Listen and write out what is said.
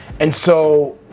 and so